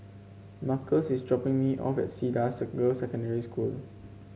Markus is dropping me off at Cedar the Girls' Secondary School